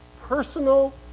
personal